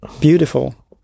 beautiful